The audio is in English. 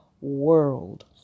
world